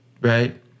right